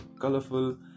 colorful